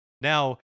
Now